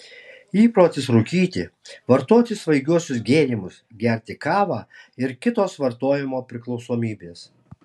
įprotis rūkyti vartoti svaigiuosius gėrimus gerti kavą ir kitos vartojimo priklausomybės